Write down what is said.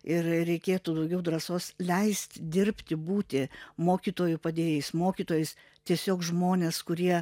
ir reikėtų daugiau drąsos leist dirbti būti mokytojų padėjėjais mokytojais tiesiog žmones kurie